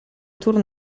tour